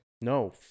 No